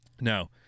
Now